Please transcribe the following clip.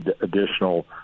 additional